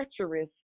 treacherous